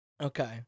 Okay